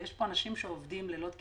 ויש פה אנשים שעובדים לילות כימים.